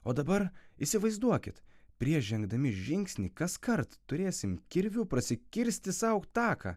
o dabar įsivaizduokit prieš žengdami žingsnį kaskart turėsim kirviu prasikirsti sau taką